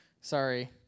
Sorry